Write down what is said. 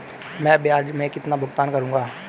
मैं ब्याज में कितना भुगतान करूंगा?